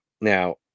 Now